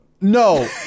No